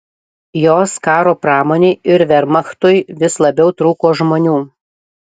jos karo pramonei ir vermachtui vis labiau trūko žmonių